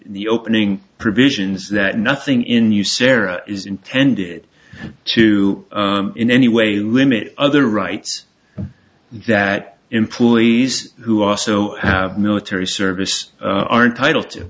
the opening provisions that nothing in you sarah is intended to in any way limit other rights that employees who also have military service are entitle to